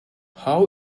how